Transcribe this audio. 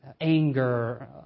anger